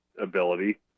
ability